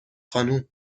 خانم